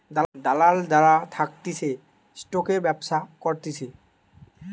দালাল যারা থাকতিছে স্টকের ব্যবসা করতিছে